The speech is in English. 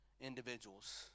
individuals